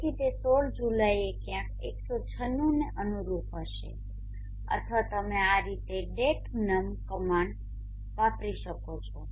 તેથી તે 16 જુલાઈ એ ક્યાંક 196 ને અનુરૂપ હશે અથવા તમે આ રીતે datenum કમાન્ડcommandઆદેશ વાપરી શકો છો